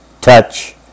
touch